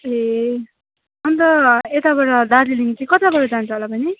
ए अन्त यताबाट दार्जिलिङ चाहिँ कताबाट जान्छ होला बहिनी